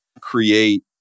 create